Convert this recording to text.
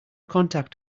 contact